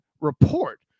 report